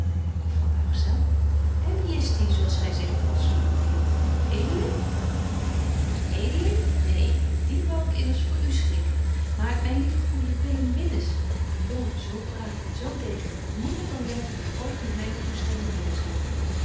juffrouw buigzaam en wie is die zo als gy zegt kostelyke vriend edeling ik edeling neen dien wou ik immers voor u schikken maar myn lieven goejen willem willis een jongen zo braaf en zo degelyk dat niemand dan letje hem ooit met myne toestemming hebben zal